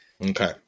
Okay